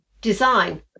design